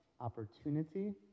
opportunity